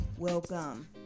Welcome